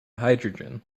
hydrogen